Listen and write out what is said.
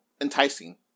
enticing